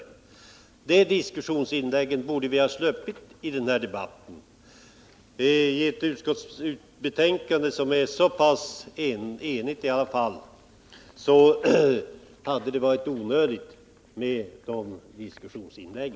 Sådana diskussionsinlägg borde vi ha sluppit i den här debatten, och med en utskottsskrivning som är i så stor utsträckning samstämmig borde det ha varit onödigt med sådana inlägg.